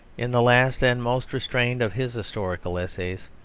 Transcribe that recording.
in the last and most restrained of his historical essays,